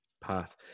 path